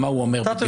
מה הוא אומר בדיוק?